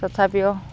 তথাপিও